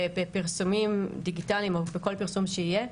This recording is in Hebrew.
בפרסומים דיגיטליים או בכל פרסום שיהיה,